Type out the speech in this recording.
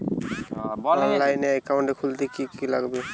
অনলাইনে একাউন্ট খুলতে কি কি লাগবে?